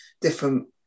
Different